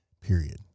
Period